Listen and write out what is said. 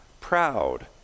proud